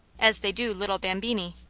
as they do little bambini.